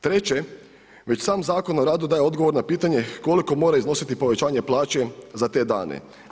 Treće, već sam Zakon o radu daje odgovor na pitanje koliko mora iznositi povećanje plaće za te dane.